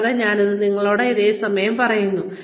കൂടാതെ ഞാൻ നിങ്ങളോട് ഇതേ കാര്യം പറയുന്നു